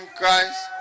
Christ